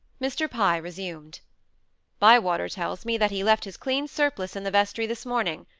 mr. pye resumed bywater tells me that he left his clean surplice in the vestry this morning.